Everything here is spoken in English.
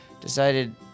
decided